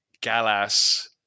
Galas